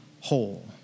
whole